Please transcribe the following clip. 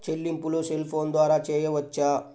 చెల్లింపులు cell phone ద్వారా చేయవచ్చా?